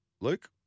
Luke